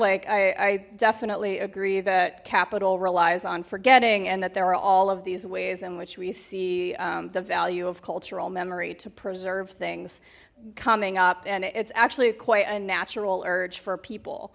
like i i definitely agree that capital relies on forgetting and that there are all of these ways in which we see the value of cultural memory to preserve things coming up and it's actually quite a natural urge for people